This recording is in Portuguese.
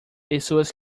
pessoas